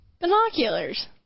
Binoculars